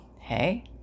hey